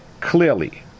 clearly